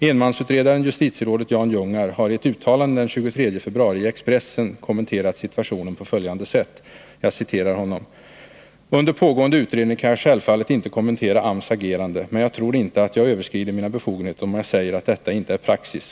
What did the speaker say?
Enmansutredaren, justitierådet Jan Ljungar, har i ett uttalande den 23 februari i Expressen kommenterat situationen på följande sätt: ”Under pågående utredning kan jag självfallet inte kommentera AMS agerande. Men jag tror inte att jag överskrider mina befogenheter om jag säger att detta inte är praxis.